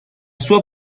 sua